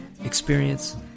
experience